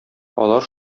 алар